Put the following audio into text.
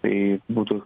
tai būtų